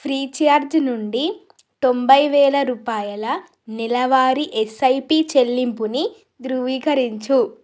Freecharge నుండి తొంభై వేల రూపాయల నెలవారీ ఎస్ఐపీ చెల్లింపుని ధృవీకరించు